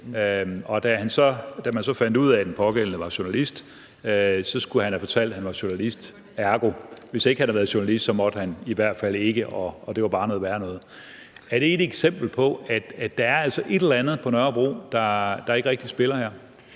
da man så fandt ud af, at den pågældende var journalist, skulle han have fortalt, at han var journalist. Ergo måtte han, hvis han ikke havde været journalist, det i hvert fald ikke, og det var bare noget værre noget. Er det ikke et eksempel på, at der altså her er et eller andet på Nørrebro, der ikke rigtig spiller?